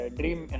dream